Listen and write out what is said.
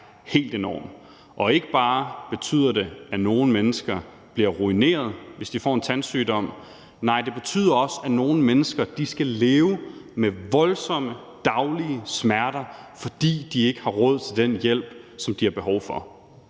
helt enorm. Det betyder ikke bare, at nogle mennesker bliver ruineret, hvis de får en tandsygdom. Nej, det betyder også, at nogle mennesker skal leve med voldsomme daglige smerter, fordi de ikke har råd til den hjælp, som de har behov for,